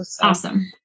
Awesome